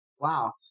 Wow